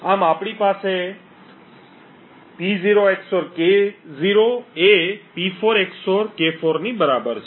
આમ આપણે પાસે P0 XOR K0 એ P4 XOR K4 ની બરાબર છે